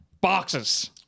Boxes